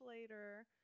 later